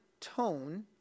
tone